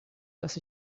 dass